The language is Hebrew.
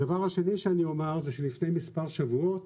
הדבר השני שאני אומר, זה שלפני מספר שבועות